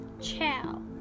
Ciao